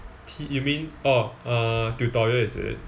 t~ you meant oh uh tutorial is it